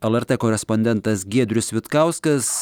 lrt korespondentas giedrius vitkauskas